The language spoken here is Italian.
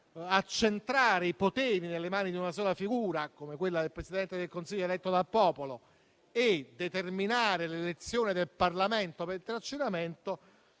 accentrare i poteri nelle mani di una sola figura come quella del Presidente del Consiglio eletto dal popolo e determinare l'elezione del Parlamento per trascinamento